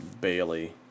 Bailey